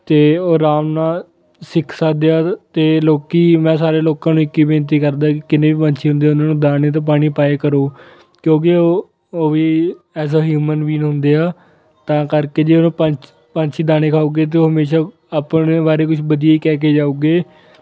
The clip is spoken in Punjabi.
ਅਤੇ ਉਹ ਆਰਾਮ ਨਾਲ ਸਿੱਖ ਸਕਦੇ ਆ ਅਤੇ ਲੋਕ ਮੈਂ ਸਾਰੇ ਲੋਕਾਂ ਨੂੰ ਇੱਕ ਹੀ ਬੇਨਤੀ ਕਰਦਾ ਕਿ ਜਿੰਨੇ ਵੀ ਪੰਛੀ ਹੁੰਦੇ ਉਹਨਾਂ ਨੂੰ ਦਾਣੇ ਅਤੇ ਪਾਣੀ ਪਾਇਆ ਕਰੋ ਕਿਉਂਕਿ ਉਹ ਵੀ ਐਜ਼ ਆ ਹਿਊਮਨ ਵੀਨ ਹੁੰਦੇ ਆ ਤਾਂ ਕਰਕੇ ਜੇ ਉਹਨੂੰ ਪੰਛ ਪੰਛੀ ਦਾਣੇ ਖਾਓਗੇ ਤਾਂ ਉਹ ਹਮੇਸ਼ਾ ਆਪਣੇ ਬਾਰੇ ਕੁਛ ਵਧੀਆ ਹੀ ਕਹਿ ਕੇ ਜਾਊਗੇ